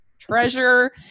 treasure